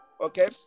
okay